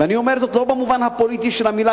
ואני אומר זאת לא במובן הפוליטי של המלה,